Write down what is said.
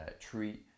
treat